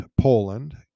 Poland